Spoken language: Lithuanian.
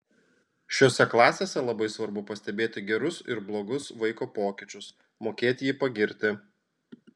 šiose klasėse labai svarbu pastebėti gerus ir blogus vaiko pokyčius mokėt jį pagirti